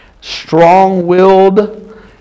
strong-willed